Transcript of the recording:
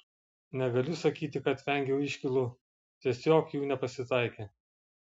negaliu sakyti kad vengiau iškylų tiesiog jų nepasitaikė